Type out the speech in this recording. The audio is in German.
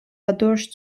dadurch